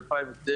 2009